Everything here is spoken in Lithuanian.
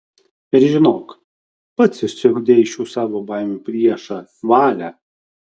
ir žinok pats išsiugdei šių savo baimių priešą valią